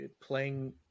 playing